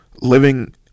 Living